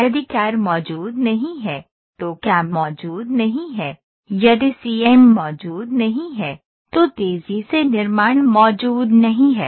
यदि कैड़ मौजूद नहीं है तो कैम मौजूद नहीं है यदि सीएएम मौजूद नहीं है तो तेजी से निर्माण मौजूद नहीं है